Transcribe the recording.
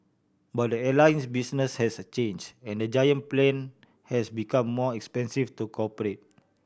but the airline his business has a change and the giant plane has become more expensive to cooperate